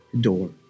door